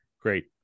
Great